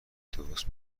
درست